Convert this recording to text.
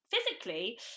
physically